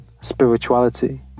spirituality